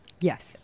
Yes